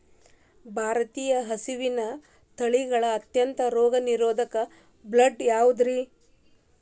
ಭಾರತೇಯ ಹಸುವಿನ ತಳಿಗಳ ಅತ್ಯಂತ ರೋಗನಿರೋಧಕ ಬ್ರೇಡ್ ಯಾವುದ್ರಿ?